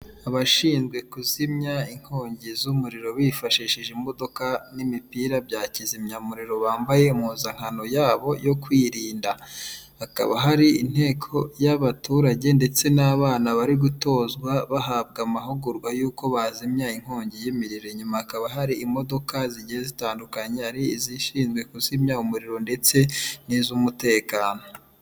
Abashinzwe kuzimya inkongi z'umuriro bifashishije imodoka n'imipira bya kizimyamuriro bambaye impuzankano yabo yo kwirinda ha bakaba hari inteko y'abaturage ndetse n'abana bari gutozwa bahabwa amahugurwa y'uko bazimya inkongi y'imirire nyuma hakaba hari imodoka zigiye zitandukanye ari izishinzwe kuzimya umuriro ndetse n'iz'umutekano.